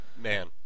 man